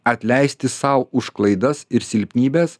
atleisti sau už klaidas ir silpnybes